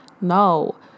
no